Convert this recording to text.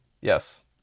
Yes